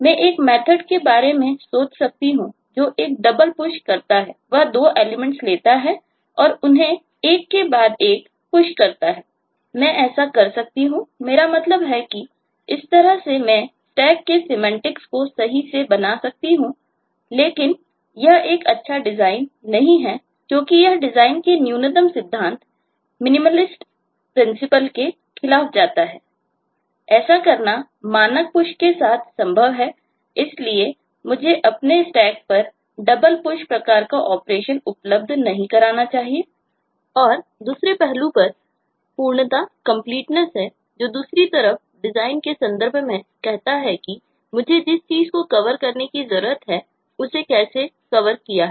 मैं ऐसा कर सकता हूँ मेरा मतलब यह है कि इस तरह से मैं Stack के सिमेंटिक को सही भी बना सकता हूं लेकिन यह एक अच्छा डिजाइन नहीं है क्योंकि यह डिजाइन के न्यूनतम सिद्धांतमिनिमलिस्ट प्रिंसिपल है जो दूसरी तरफ डिजाइन के संदर्भ में कहता है कि मुझे जिस चीज को कवर करने की जरूरत है उसे कैसे कवर किया है